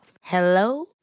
Hello